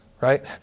right